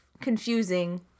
confusing